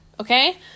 Okay